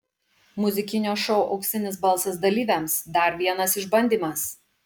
muzikinio šou auksinis balsas dalyviams dar vienas išbandymas